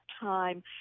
time